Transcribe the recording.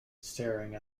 staring